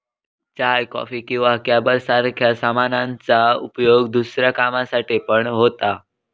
चाय, coffee किंवा carob सारख्या सामानांचा उपयोग दुसऱ्या कामांसाठी पण होता